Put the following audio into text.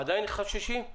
עדיין חוששים?